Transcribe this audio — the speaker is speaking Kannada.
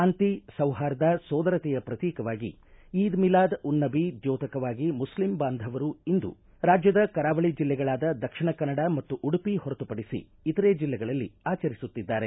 ಶಾಂತಿ ಸೌಹಾರ್ದ ಸೋದರತೆಯ ಪ್ರತೀಕವಾಗಿ ಈದ್ ಮಿಲಾದ್ ಉನ್ ನಬಿ ದ್ಯೋತಕವಾಗಿ ಮುಸ್ಲಿಂ ಬಾಂಧವರು ಇಂದು ರಾಜ್ಯದ ಕರಾವಳಿ ಜಿಲ್ಲೆಗಳಾದ ದಕ್ಷಿಣ ಕನ್ನಡ ಮತ್ತು ಉಡುಪಿ ಹೊರತು ಪಡಿಸಿ ಇತರೆ ಜಿಲ್ಲೆಗಳಲ್ಲಿ ಆಚರಿಸುತ್ತಿದ್ದಾರೆ